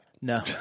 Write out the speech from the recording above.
No